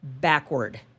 backward